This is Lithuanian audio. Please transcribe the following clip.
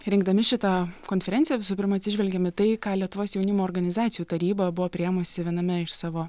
rengdami šitą konferenciją visų pirma atsižvelgėm į tai ką lietuvos jaunimo organizacijų taryba buvo priėmusi viename iš savo